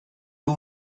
two